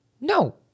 No